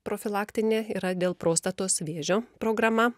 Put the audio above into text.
profilaktinė yra dėl prostatos vėžio programa